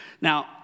Now